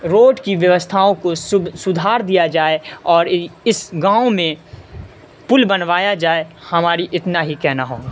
road کی بیوستھاؤں کو سدھار دیا جائے اور اس گاؤں میں پل بنوایا جائے ہماری اتنا ہی کہنا ہوگا